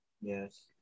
Yes